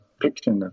picture